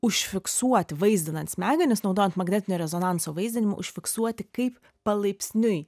užfiksuoti vaizdinant smegenis naudojant magnetinio rezonanso vaizdinimą užfiksuoti kaip palaipsniui